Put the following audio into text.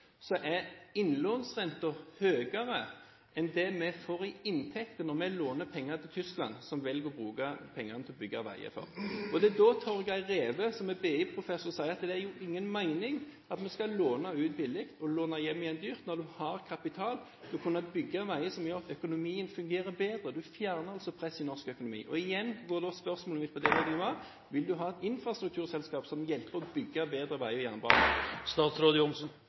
er innlånsrenten høyere enn det vi får i inntekt når vi låner penger til Tyskland, som velger å bruke pengene til bygging av veier. Det er da Torger Reve, som er BI-professor, sier at det er ingen mening i at vi skal låne ut billig og låne hjem igjen dyrt når man har kapital til å kunne bygge veier som gjør at økonomien fungerer bedre. Man fjerner altså presset i norsk økonomi. Igjen går spørsmålet mitt på: Vil statsråden ha et infrastrukturselskap som hjelper til å bygge bedre veier og jernbane?